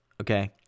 okay